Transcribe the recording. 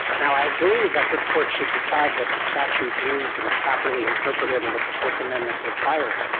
now, i agree that this court should decide what the statute means and is properly interpreted and what the fourth amendment requires,